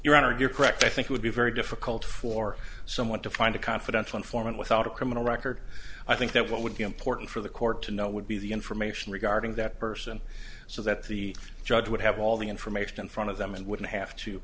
honor you're correct i think it would be very difficult for someone to find a confidential informant without a criminal record i think that what would be important for the court to know would be the information regarding that person so that the judge would have all the information in front of them and wouldn't have to